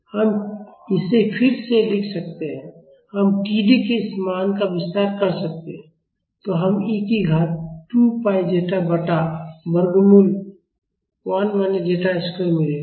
हम इसे फिर से लिख सकते हैं हम T D के इस मान का विस्तार कर सकते हैं तो हम e की घात 2 पाई ज़ेटा बटा वर्गमूल 1 माइनस ज़ेटा स्क्वायर मिलेगा